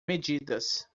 medidas